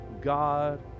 God